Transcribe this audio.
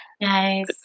nice